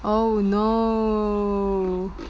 oh no